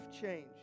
change